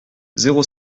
zéro